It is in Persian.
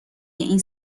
این